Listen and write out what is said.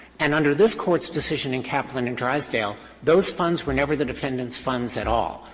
and under this court's decision in caplin and drysdale, those funds were never the defendant's funds at all.